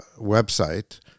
website